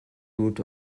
mood